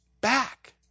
back